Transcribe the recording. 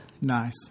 Nice